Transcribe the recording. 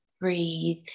breathe